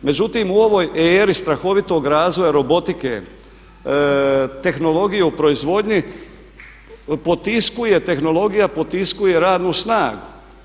Međutim, u ovoj eri strahovitog razvoja robotike, tehnologije u proizvodnji potiskuje, tehnologija potiskuje radnu snagu.